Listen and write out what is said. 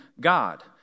God